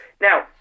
Now